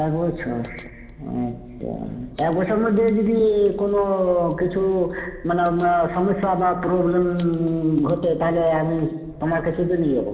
এক বছর আচ্ছা এক বছরের মধ্যে যদি কোনো কিছু মানে সমস্যা বা প্রবলেম ঘটে তাহলে আমি তোমার কাছেই তো নিয়ে যাব